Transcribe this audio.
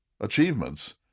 achievements